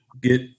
get